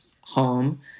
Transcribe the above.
home